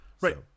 Right